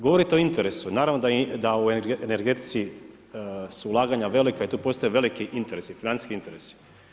Govorite o interesu, naravno da energetici u su ulaganja velika, tu postoje veliki interesi, financijski interesi.